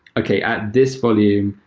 okay, at this volume,